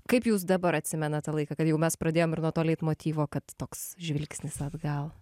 kaip jūs dabar atsimenat tą laiką kad jau mes pradėjom ir nuo to leitmotyvo kad toks žvilgsnis atgal